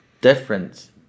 difference